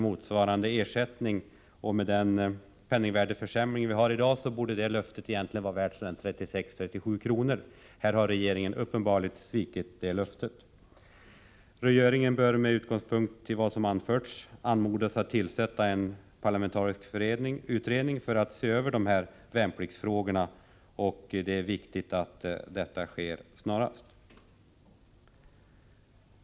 Med hänsyn till penningvärdesförsämringen borde löftet i dag innebära 36-37 kr. Regeringen har uppenbarligen svikit detta löfte. Regeringen bör med utgångspunkt i vad som anförts i motion 700 anmodas atttillsätta en parlamentarisk utredning med uppgift att se över värnpliktsfrågorna. Det är viktigt att detta sker snarast.